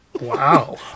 Wow